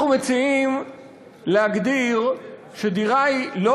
אנחנו מציעים להגדיר שדירה היא לא